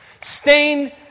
Stained